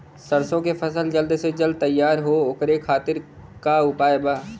सरसो के फसल जल्द से जल्द तैयार हो ओकरे खातीर का उपाय बा?